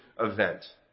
event